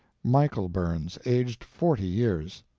michael burns, aged forty years.